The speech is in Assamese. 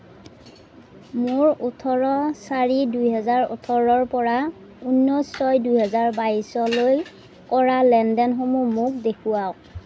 মোৰ ওঁঠৰ চাৰি দুই হাজাৰ ওঁঠৰৰ পৰা ঊনৈছ ছয় দুই হাজাৰ বাইছলৈ কৰা লেনদেনসমূহ মোক দেখুৱাওক